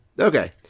Okay